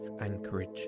anchorage